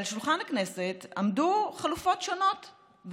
על שולחן הכנסת עמדו חלופות שונות,